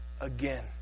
again